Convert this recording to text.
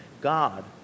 God